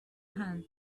hand